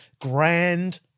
grand